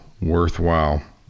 worthwhile